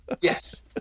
Yes